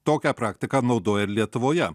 tokią praktiką naudoja ir lietuvoje